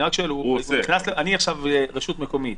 אני רק שואל: אני עכשיו רשות מקומית.